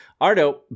Ardo